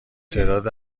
تعداد